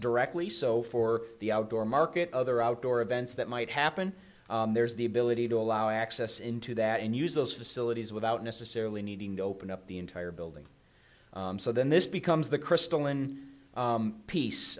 directly so for the outdoor market other outdoor events that might happen there's the ability to allow access into that and use those facilities without necessarily needing to open up the entire building so then this becomes the crystal